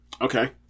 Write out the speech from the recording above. Okay